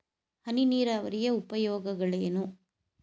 ಹನಿ ನೀರಾವರಿಯ ಉಪಯೋಗಗಳೇನು?